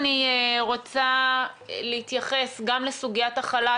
אני רוצה להתייחס גם לסוגיית החל"ת,